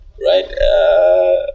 right